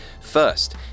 First